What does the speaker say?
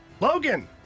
Logan